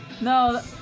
No